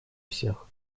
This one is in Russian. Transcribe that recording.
всех